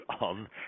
on